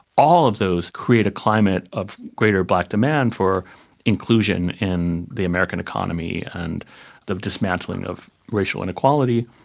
all of those create a climate of greater black demand for inclusion in the american economy and the dismantling of racial inequality,